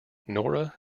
nora